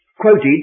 quoted